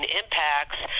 impacts